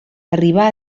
arribà